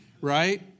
Right